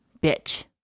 bitch